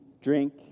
drink